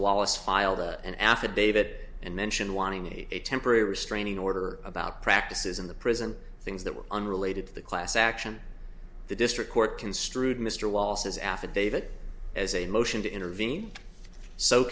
wallace filed the an affidavit and mentioned wanting a temporary restraining order about practices in the prison things that were unrelated to the class action the district court construed mr wallace's affidavit as a motion to intervene so